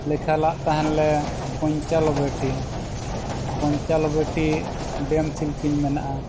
ᱞᱮᱠᱷᱟᱞᱮᱫ ᱛᱟᱦᱮᱸᱫ ᱞᱮ ᱯᱚᱧᱪᱟᱞ ᱵᱟᱹᱴᱤ ᱯᱚᱧᱪᱟᱞ ᱵᱟᱹᱴᱤ ᱰᱮᱢ ᱥᱤᱞᱯᱤᱧ ᱢᱮᱱᱟᱜᱼᱟ